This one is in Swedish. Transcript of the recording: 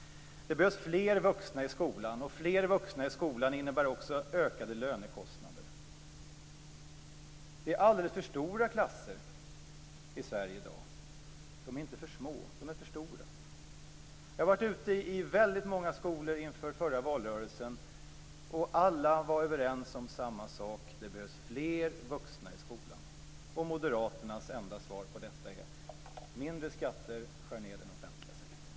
Det behövs fler vuxna i skolan, och fler vuxna i skolan innebär också ökade lönekostnader. Det är alldeles för stora klasser i Sverige i dag. De är inte för små, de är för stora. Jag har varit ute i väldigt många skolor inför det förra valet, och alla var överens om samma sak, nämligen att det behövs fler vuxna i skolan. Moderaternas enda svar på detta är: Mindre skatter - skär ned den offentliga sektorn.